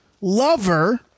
lover